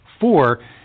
Four